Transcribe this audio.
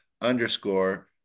underscore